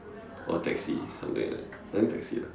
or taxi something like that I think taxi ah